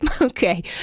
Okay